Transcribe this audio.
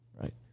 right